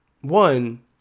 one